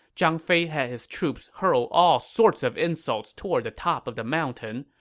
zhang fei had his troops hurl all sorts of insults toward the top of the mountain,